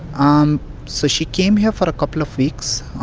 um so she came here for a couple of weeks.